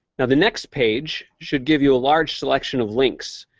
now, the next page should give you a large selection of links,